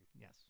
Yes